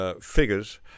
figures